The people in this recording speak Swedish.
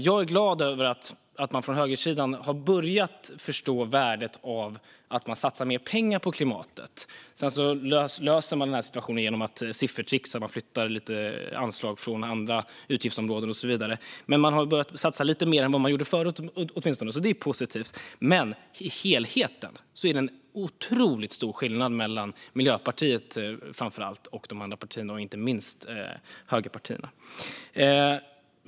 Jag är glad över att man från högersidan har börjat förstå värdet av att satsa mer pengar på klimatet. Sedan löser man situationen genom att siffertrixa, flytta lite anslag från andra utgiftsområden och så vidare. Men man har åtminstone börjat satsa lite mer än man gjorde förut, och det är positivt. Men i helheten är det en otroligt stor skillnad mellan framför allt Miljöpartiet och de andra partierna, inte minst högerpartierna.